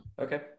Okay